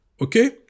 okay